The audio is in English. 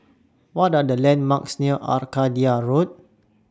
What Are The landmarks near Arcadia Road